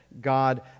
God